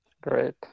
Great